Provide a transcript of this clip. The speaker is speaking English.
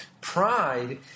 Pride